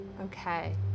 Okay